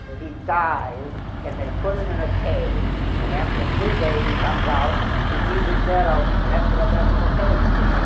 he dies and they put him in a cave and after three days he comes out, he sees his shadow and has to go back to the gave for six